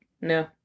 No